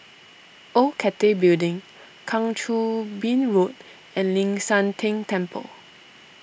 Old Cathay Building Kang Choo Bin Road and Ling San Teng Temple